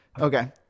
Okay